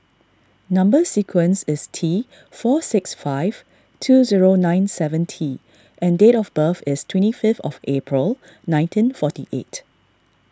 Number Sequence is T four six five two zero nine seven T and date of birth is twenty fifth of April nineteen forty eight